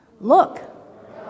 Look